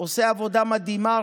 עושה עבודה מדהימה.